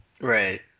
Right